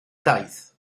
daith